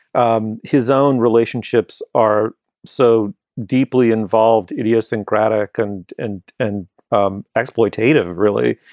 um his own relationships are so deeply involved, idiosyncratic and and and um exploitative, really,